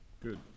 Good